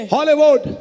Hollywood